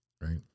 right